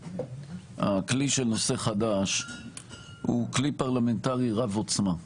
הכלי של נושא חדש הוא כלי פרלמנטרי רב עוצמה.